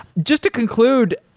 just to conclude,